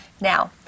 Now